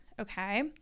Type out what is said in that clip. Okay